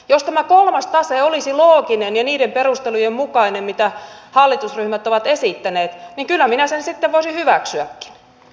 jos tämä kolmas tase olisi looginen ja niiden perustelujen mukainen mitä hallitusryhmät ovat esittäneet niin kyllä minä sen sitten voisin hyväksyäkin